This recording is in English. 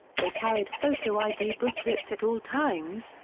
they carried photo id booklets at all times,